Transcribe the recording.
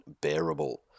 bearable